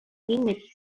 limit